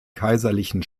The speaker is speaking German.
kaiserlichen